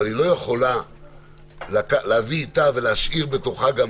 אבל היא לא יכולה להביא איתה ולהשאיר בתוכה גם